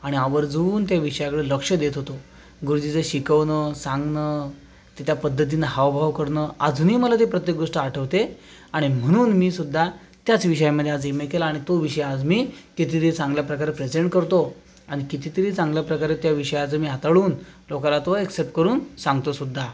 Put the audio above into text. आणि आवर्जून त्या विषयाकडे लक्ष देत होतो गुरुजीचं शिकवणं सांगणं ते त्या पद्धतीनं हावभाव करणं अजूनही मला ते प्रत्येक गोष्ट आठवते आणि म्हणून मी सुद्धा त्याच विषयामधे आज एमे केला आणि तो विषय आज मी कितीतरी चांगल्या प्रकारे प्रेझेंट करतो आणि कितीतरी चांगल्या प्रकारे त्या विषयाचं मी हाताळून लोकांना तो ॲक्सेप्ट करून सांगतो सुद्धा